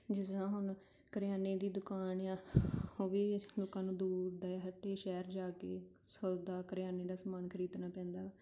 ਜਿਸ ਤਰ੍ਹਾਂ ਹੁਣ ਕਰਿਆਨੇ ਦੀ ਦੁਕਾਨ ਆ ਉਹ ਵੀ ਲੋਕਾਂ ਨੂੰ ਦੂਰ ਜਾ ਹੱਟੀ ਸ਼ਹਿਰ ਜਾ ਕੇ ਸੌਦਾ ਕਰਿਆਨੇ ਦਾ ਸਮਾਨ ਖਰੀਦਣਾ ਪੈਂਦਾ